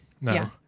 No